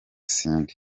cindy